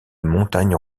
montagnes